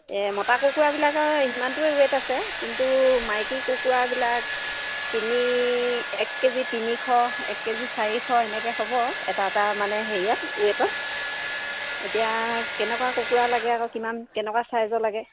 এই মতা কুকুৰাবিলাকৰ সিমানটোৱে ৱেট আছে কিন্তু মাইকী কুকুৰাবিলাক তিনি এক কেজি তিনিশ এক কেজি চাৰিশ এনেকৈ হ'ব এটা এটা মানে হেৰিয়াত ৱেটত এতিয়া কেনেকুৱা কুকুৰা লাগে আকৌ কিমান কেনেকুৱা চাইজৰ লাগে